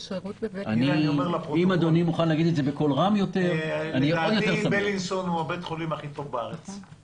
אני אומר לפרוטוקול: לדעתי בילינסון הוא בית החולים הכי טוב בארץ,